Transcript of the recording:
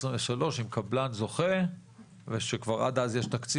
עם קבלן זוכה ושכבר עד אז יש תקציב,